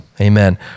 amen